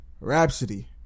Rhapsody